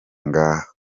ngaha